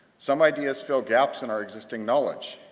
some ideas fill gaps in our existing knowledge,